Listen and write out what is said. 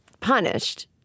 punished